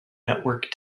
network